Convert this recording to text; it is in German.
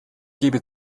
gebe